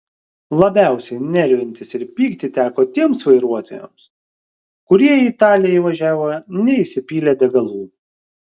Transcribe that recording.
labiausiai nervintis ir pykti teko tiems vairuotojams kurie į italiją įvažiavo neįsipylę degalų